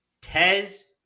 Tez